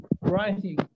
Writing